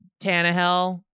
Tannehill